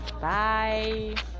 bye